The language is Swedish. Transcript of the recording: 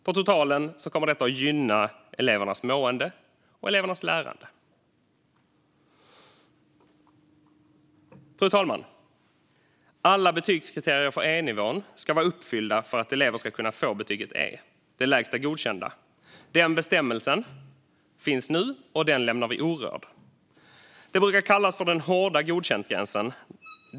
På totalen kommer detta att gynna elevernas mående och lärande. Fru talman! Alla betygskriterier för E-nivån ska vara uppfyllda för att elever ska kunna få betyget E, det lägsta godkända. Den bestämmelsen finns nu, och den lämnar vi orörd. Detta brukar kallas den hårda godkäntgränsen.